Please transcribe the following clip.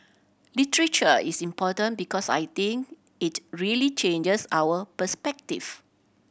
literature is important because I think it really changes our perspective